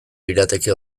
lirateke